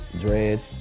Dreads